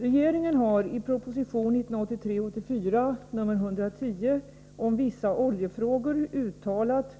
Regeringen har i proposition 1983/84:110 om vissa oljefrågor uttalat